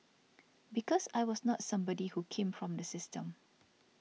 because I was not somebody who came from the system